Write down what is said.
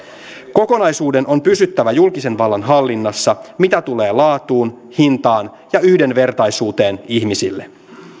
kokonaisuuden on pysyttävä julkisen vallan hallinnassa mitä tulee laatuun hintaan ja yhdenvertaisuuteen ihmisille